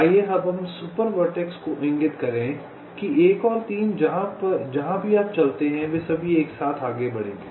आइए हम super vertex को इंगित करेंगे कि 1 और 3 जहां भी आप चलते हैं वे सभी एक साथ आगे बढ़ेंगे